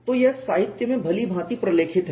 तो यह साहित्य में भली भांति प्रलेखित है